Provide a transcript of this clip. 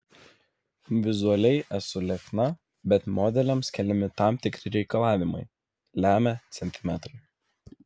vizualiai esu liekna bet modeliams keliami tam tikri reikalavimai lemia centimetrai